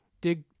dig